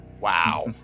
wow